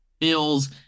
bills